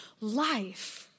life